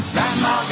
Grandma